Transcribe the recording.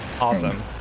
awesome